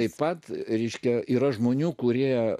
taip pat ryškią yra žmonių kurie